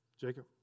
Jacob